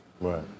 Right